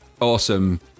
awesome